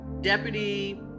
Deputy